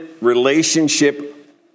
relationship